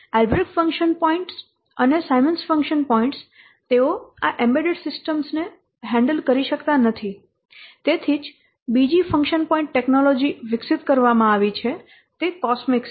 Albrecht function point અને Symons function points તેઓ આ એમ્બેડેડ સિસ્ટમ ને હેન્ડલ કરી શકતા નથી તેથી જ બીજી ફંક્શન પોઇન્ટ ટેકનોલોજી વિકસિત કરવામાં આવી છે તે કોસ્મિક્સ છે